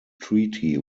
treaty